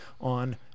on